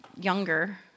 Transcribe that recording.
younger